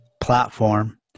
platform